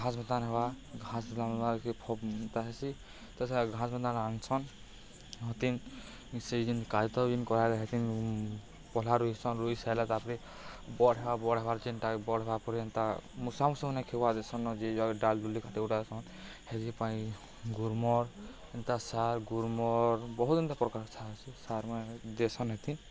ହେବା ଫତା ହେସି ତା ଘାସ୍ ବାଦାନ୍ ରାଏଣ୍ସନ୍ କରାହେନ ପଲ୍ହା ରୁଇସନ୍ ରୁଇ ସାଏଲେ ତା'ପ୍ରେ ବଡ଼୍ ହେବା ବଡ଼ ହେବାର୍ ଯେନ୍ତା ବଡ଼୍ ହେବା ପରେ ଏନ୍ତା ମୂଷା ମୂଷିନେ ଖେଇ ଦେସନ୍ ନ ଜାଗଜ୍ ଡାଲ୍ଡୁଲି କାଏଟ୍ କୁଟା ଦେସନ୍ ହେଥି ପାଇଁ ଗୁର୍ମର୍ ଏନ୍ତା ସାର୍ ଗୁର୍ମର୍ ବହୁତ୍ ଏନ୍ତା ପ୍ରକାର ସାର୍ ସାର୍ମାନ୍ ଦେସନ୍ ହେଥି